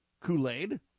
Kool-Aid